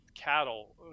cattle